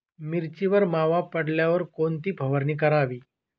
मिरचीवर मावा पडल्यावर कोणती फवारणी करावी?